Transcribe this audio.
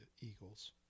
Eagles